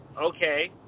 okay